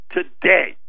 Today